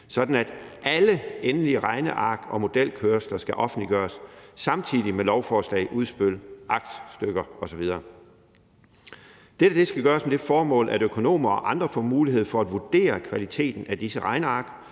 sådan at alle endelige regneark og modelkørsler skal offentliggøres samtidig med lovforslag, udspil, aktstykker osv. Det skal gøres med det formål, at økonomer og andre får mulighed for at vurdere kvaliteten af disse regneark